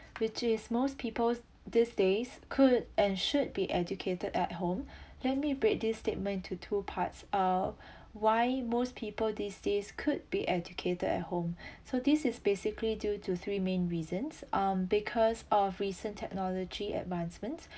which is most people's these days could and should be educated at home let me break this statement into two parts uh why most people these days could be educated at home so this is basically due to three main reasons um because of recent technology advancements